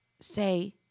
say